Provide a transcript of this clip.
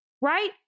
right